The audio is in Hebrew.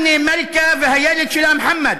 הנאא מלקה והילד שלה מוחמד,